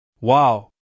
Wow